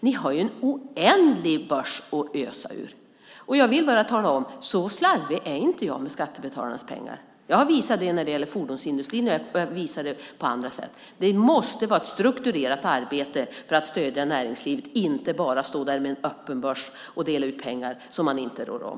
Ni har ju en oändligt stor börs att ösa ur. Och jag vill bara tala om att så slarvig är inte jag med skattebetalarnas pengar. Jag har visat det när det gäller fordonsindustrin, och jag visar det på andra sätt. Det måste vara ett strukturerat arbete för att stödja näringslivet. Man kan inte bara stå där med en öppen börs och dela ut pengar som man inte rår om.